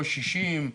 פה 60,